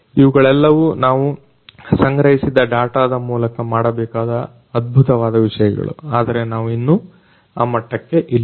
ಇವುಗಳೆಲ್ಲವೂ ನಾವು ಸಂಗ್ರಹಿಸಿದ ಡಾಟಾದ ಮೂಲಕ ಮಾಡಬೇಕಾದ ಅದ್ಭುತವಾದ ವಿಷಯಗಳು ಆದರೆ ನಾವು ಇನ್ನೂ ಆ ಮಟ್ಟಕ್ಕೆ ಇಲ್ಲ